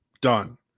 done